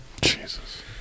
Jesus